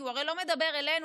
כי הוא הרי לא מדבר אלינו,